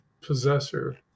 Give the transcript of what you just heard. possessor